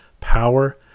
power